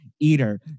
Eater